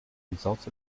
results